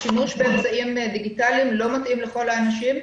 השימוש באמצעים דיגיטליים לא מתאים לכל האנשים,